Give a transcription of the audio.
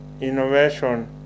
innovation